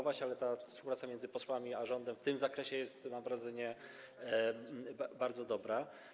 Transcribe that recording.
Współpraca między posłami a rządem w tym zakresie jest, mam wrażenie, bardzo dobra.